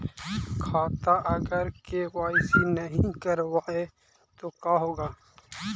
खाता अगर के.वाई.सी नही करबाए तो का होगा?